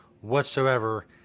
whatsoever